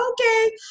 okay